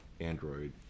Android